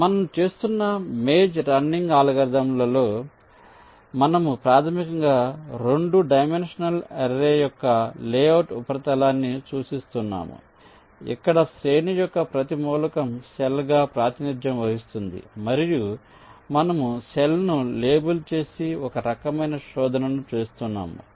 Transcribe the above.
ఇప్పుడు మనం చేస్తున్న మేజ్ రన్నింగ్ అల్గోరిథంలలో మనము ప్రాథమికంగా 2 డైమెన్షనల్ అర్రే యొక్క లేఅవుట్ ఉపరితలాన్ని సూచిస్తున్నాము ఇక్కడ శ్రేణి యొక్క ప్రతి మూలకం సెల్ గా ప్రాతినిధ్యం వహిస్తుంది మరియు మనము సెల్ ను లేబుల్ చేసి ఒక రకమైన శోధనను చేస్తున్నాము